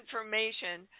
information